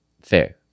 fair